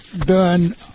done